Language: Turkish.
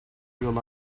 yol